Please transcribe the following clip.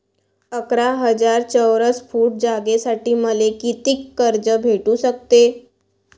अकरा हजार चौरस फुट जागेसाठी मले कितीक कर्ज भेटू शकते?